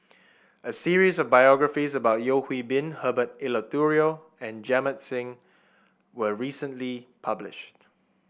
a series of biographies about Yeo Hwee Bin Herbert Eleuterio and Jamit Singh were recently published